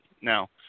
Now